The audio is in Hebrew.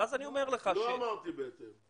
לא אמרתי בהתאם.